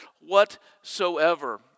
whatsoever